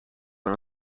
van